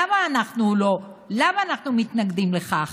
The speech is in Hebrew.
למה אנחנו מתנגדים לכך?